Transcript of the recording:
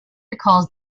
recalls